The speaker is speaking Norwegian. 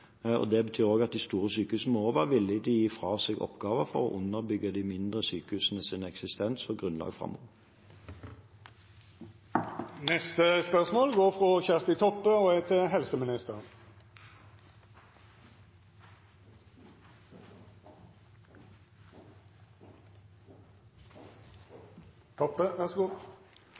Det betyr at de store sykehusene også må være villig til å gi fra seg oppgaver for å underbygge de mindre sykehusenes eksistens og grunnlag framover. Då går